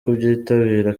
kubyitabira